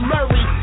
Murray